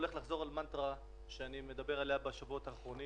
אני הולך לחזור על מנטרה שאני מדבר עליה בשבועות האחרונים.